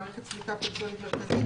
מערכת סליקה פנסיונית מרכזית,